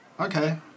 Okay